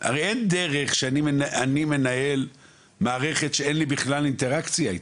הרי אין דרך שאני מנהל מערכת שאין לי בכלל אינטראקציה איתה.